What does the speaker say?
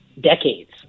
decades